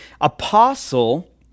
apostle